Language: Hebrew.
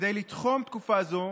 כדי לתחום תקופה זו,